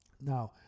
Now